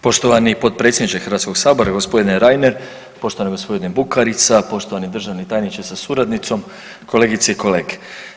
Poštovani potpredsjedniče Hrvatskoga sabora gospodine Reiner, poštovani gospodine Bukarica, poštovani državni tajniče sa suradnicom, kolegice i kolege.